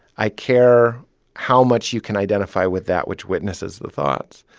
i care how much you can identify with that which witnesses the thoughts.